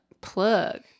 Plug